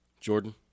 Jordan